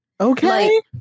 Okay